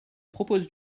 propose